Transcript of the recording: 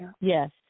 Yes